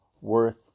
worth